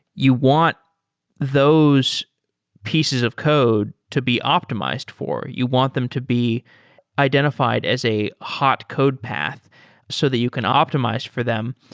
you want those pieces of code to be optimized for. you want them to be identifi ed as a hot code path so that you can optimize for them.